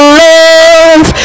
love